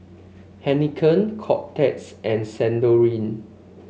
Heinekein Kotex and Sensodyne